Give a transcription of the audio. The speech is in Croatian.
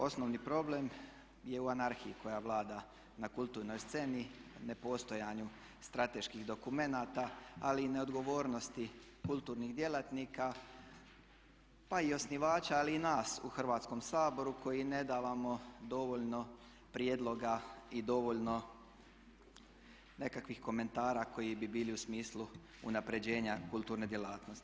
Osnovni problem je u anarhiji koja vlada na kulturnoj sceni, nepostojanju strateških dokumenata ali i neodgovornosti kulturnih djelatnika, pa i osnivača, ali i nas u Hrvatskom saboru koji ne davamo dovoljno prijedloga i dovoljno nekakvih komentara koji bi bili u smislu unapređenju kulturne djelatnosti.